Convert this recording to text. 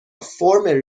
فرم